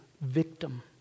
victim